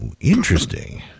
interesting